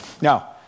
Now